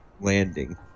landing